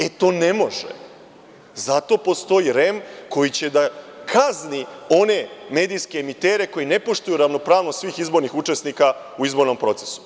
E, to ne može, zato postoji REM koji će da kazni one medijske emitere koji ne poštuju ravnopravnost svih izbornih učesnika u izbornom procesu.